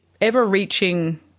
ever-reaching